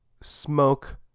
Smoke